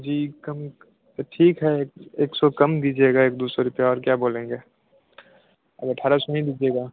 जी कम क ठीक है एक सौ कम दीजिएगा एक दो सौ रुपया और क्या बोलेंगे अठारह सौ ही दीजिएगा